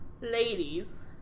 ladies